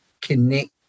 connect